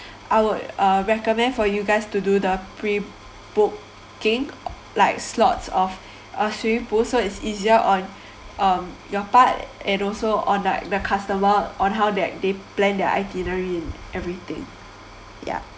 I would uh recommend for you guys to do the pre booking like slots of uh swimming pool so it's easier on um your part and also on like the customer on how that they plan their itinerary and everything ya